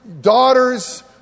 daughters